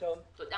תמיר